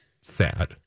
sad